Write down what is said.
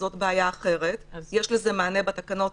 שזאת בעיה אחרת יש לזה מענה בתקנות,